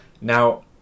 Now